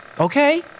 Okay